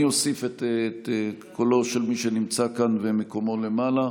אני אוסיף את קולו של מי שנמצא כאן ומקומו למעלה.